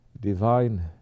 divine